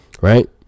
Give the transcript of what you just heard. right